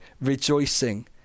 rejoicing